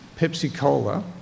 Pepsi-Cola